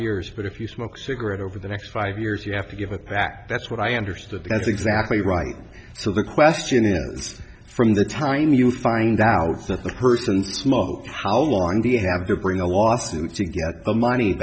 years but if you smoke cigarette over the next five years you have to give it back that's what i understood that's exactly right so the question is from the time you find out that the person smoked how long do you have to bring a lawsuit to get a money